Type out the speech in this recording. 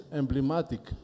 emblematic